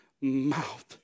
mouth